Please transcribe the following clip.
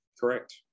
Correct